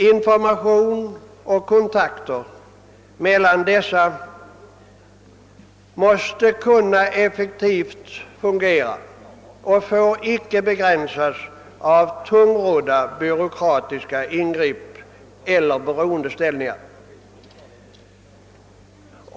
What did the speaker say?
Informationsleder och kontakter mellan dessa måste kunna fungera effektivt och får inte hämmas av ingrepp från en tungrodd byråkrati eller av beroendeställningar.